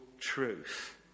truth